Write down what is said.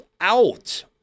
out